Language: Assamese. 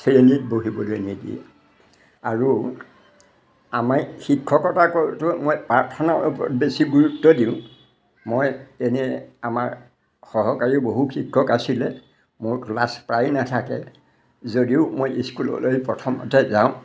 শ্ৰেণীত বহিবলৈ নিদিয়ে আৰু আমাৰ শিক্ষকতা কৰোঁতেও মই প্ৰাৰ্থনাৰ ওপৰত বেছি গুৰুত্ব দিওঁ মই এনে আমাৰ সহকাৰী বহু শিক্ষক আছিলে মোৰ ক্লাছ প্ৰায় নাথাকে যদিও মই স্কুললৈ প্ৰথমতে যাওঁ